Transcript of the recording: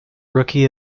rookie